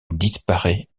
disparaît